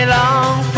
long